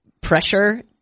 pressure –